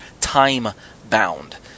time-bound